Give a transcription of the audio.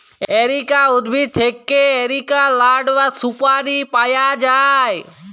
areca উদ্ভিদ থেক্যে areca লাট বা সুপারি পায়া যায়